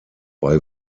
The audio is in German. bei